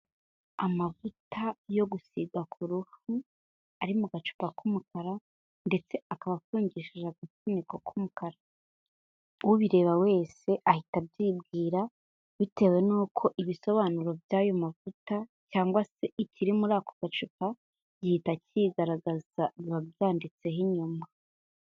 Amavuta yo gusiga ku ruhu, ari mu gacupa k'umukara ndetse akaba afungishije agafuniko k'umukara, ubireba wese ahita abyibwira bitewe n'uko ibisobanuro by'ayo mavuta cyangwase ikiri muri ako gacupa gihita kigaragaza biba byanditseho inyuma.